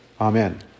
Amen